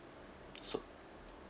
so